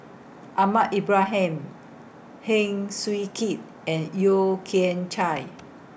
Ahmad Ibrahim Heng Swee Keat and Yeo Kian Chai